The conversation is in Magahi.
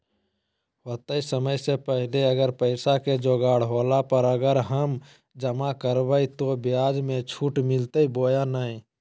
होतय समय से पहले अगर पैसा के जोगाड़ होला पर, अगर हम जमा करबय तो, ब्याज मे छुट मिलते बोया नय?